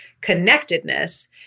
connectedness